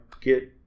get